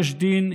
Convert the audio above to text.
יש דין,